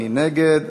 מי נגד?